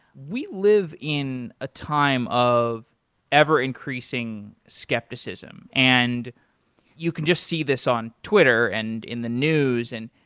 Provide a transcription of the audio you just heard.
we live in a time of ever increasing skepticism and you can just see this on twitter and in the news and